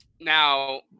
now